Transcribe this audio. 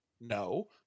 No